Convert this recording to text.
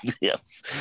Yes